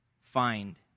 find